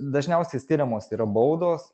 dažniausiai skiriamos yra baudos